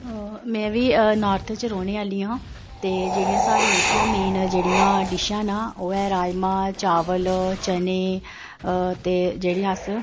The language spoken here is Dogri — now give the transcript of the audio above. में बी नार्थ च रौह्ने आह्ली आं ते जेह्ड़ी साड़ियां इत्थे मेन जेह्ड़ियां डिश्शां न ओह् ऐ राजमांह् चावल चने ते जेह्ड़ियां अस